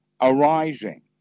arising